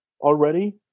already